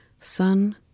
sun